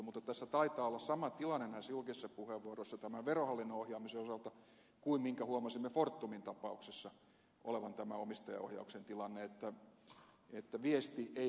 mutta tässä taitaa olla sama tilanne näissä julkisissa puheenvuoroissa tämän verohallinnon ohjaamisen osalta kuin minkä huomasimme fortumin tapauksessa olevan omistajaohjauksen tilanne että viesti ei mene perille